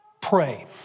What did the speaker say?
Pray